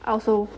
I also